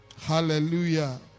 Hallelujah